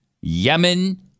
Yemen